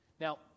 Now